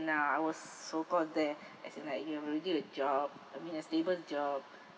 now I was so called there as in like you already a job I mean a stable job